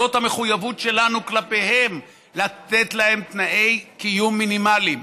וזאת המחויבות שלנו כלפיהם לתת להם תנאי קיום מינימליים.